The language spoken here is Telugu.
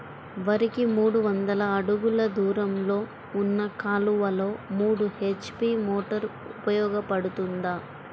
వరికి మూడు వందల అడుగులు దూరంలో ఉన్న కాలువలో మూడు హెచ్.పీ మోటార్ ఉపయోగపడుతుందా?